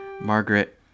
Margaret